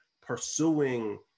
pursuing